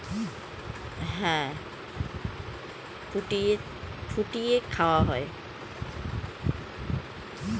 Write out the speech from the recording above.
চা বীজকে গরম পানি বা দুধের সাথে মিশিয়ে খাওয়া হয়